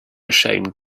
ashamed